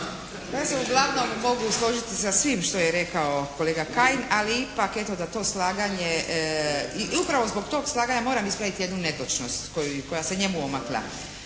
Ja se uglavnom mogu složiti sa svime što je rekao kolega Kajin, ali ipak eto da to slaganje i upravo zbog tog slaganja moram ispraviti jednu netočnost koja se njemu omakla.